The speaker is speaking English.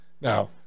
Now